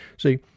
See